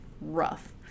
rough